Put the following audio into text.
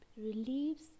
relieves